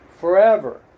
forever